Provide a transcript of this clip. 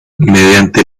mediante